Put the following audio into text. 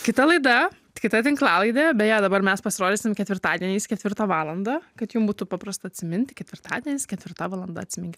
kita laida kita tinklalaidė beje dabar mes pasirodysim ketvirtadieniais ketvirtą valandą kad jums būtų paprasta atsiminti ketvirtadienis ketvirta valanda atsimink